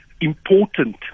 important